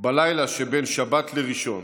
"בלילה שבין שבת לראשון,